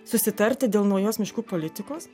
susitarti dėl naujos miškų politikos